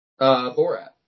Borat